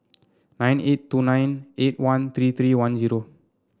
nine eight two nine eight one three three one zero